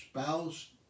spouse